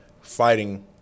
Fighting